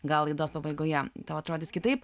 gal laidos pabaigoje tau atrodys kitaip